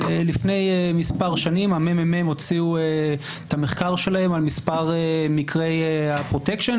לפני מספר שנים הממ"מ הוציאו את המחקר שלהם על מספר מקרי הפרוטקשן.